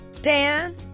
Dan